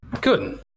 Good